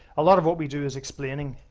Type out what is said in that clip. a lot of what we do is explaining,